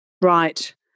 right